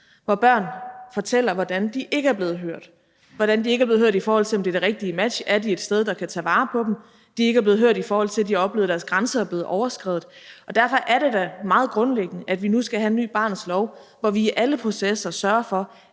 hvor børn fortæller, hvordan de ikke er blevet hørt – hvordan de ikke er blevet hørt, i forhold til om det er det rigtige match, og om de er et sted, der kan tage vare på dem. De er ikke blevet hørt, i forhold til at de har oplevet, at deres grænser er blevet overskredet. Og derfor er det da meget grundlæggende, at vi nu skal have en ny barnets lov, hvor vi i alle processer sørger for,